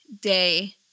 day